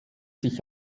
sich